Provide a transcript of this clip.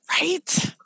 Right